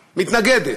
מתנגדת,